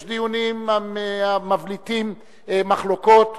יש דיונים המבליטים מחלוקות.